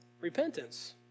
repentance